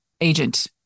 agent